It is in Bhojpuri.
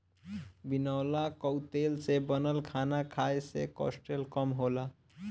बिनौला कअ तेल से बनल खाना खाए से कोलेस्ट्राल कम होला